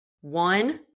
One